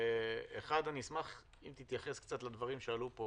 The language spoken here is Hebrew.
אחת, אני אשמח אם תתייחס קצת לדברים שעלו פה